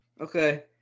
Okay